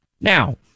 Now